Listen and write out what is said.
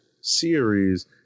series